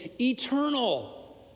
eternal